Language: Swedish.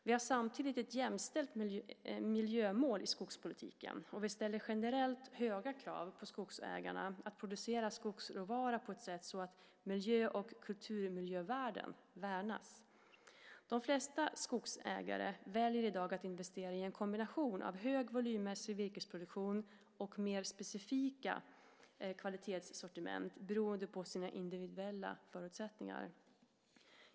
Vi har samtidigt ett jämställt miljömål i skogspolitiken, och vi ställer generellt höga krav på skogsägarna att producera skogsråvara på ett sådant sätt att miljö och kulturmiljövärden värnas. De flesta skogsägare väljer i dag att investera i en kombination av hög volymmässig virkesproduktion och mer specifika kvalitetssortiment, beroende på sina individuella förutsättningar.